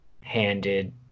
handed